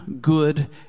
good